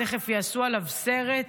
תכף יעשו עליו סרט.